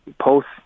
post